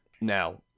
Now